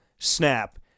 Snap